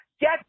Get